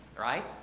right